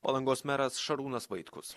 palangos meras šarūnas vaitkus